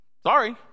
Sorry